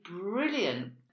brilliant